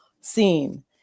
seen